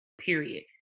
Period